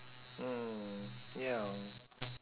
mm ya